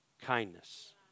kindness